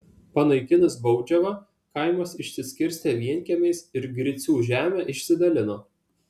panaikinus baudžiavą kaimas išsiskirstė vienkiemiais ir gricių žemę išsidalino